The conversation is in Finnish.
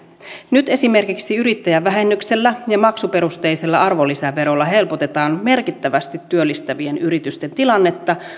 nyt esimerkiksi yrittäjävähennyksellä ja maksuperusteisella arvonlisäverolla helpotetaan merkittävästi työllistävien yritysten tilannetta